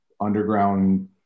underground